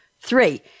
three